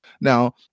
Now